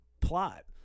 plot